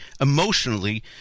emotionally